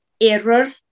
error